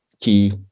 key